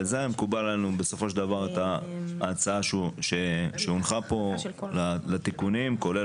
מקובלת עלינו ההצעה שהונחה כאן בתיקונים כולל